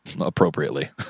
appropriately